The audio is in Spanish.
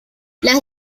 las